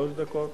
שלוש דקות.